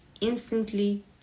instantly